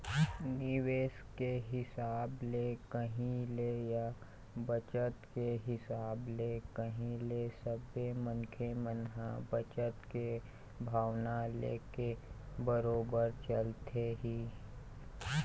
निवेश के हिसाब ले कही ले या बचत के हिसाब ले कही ले सबे मनखे मन ह बचत के भावना लेके बरोबर चलथे ही